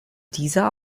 dieser